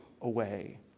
away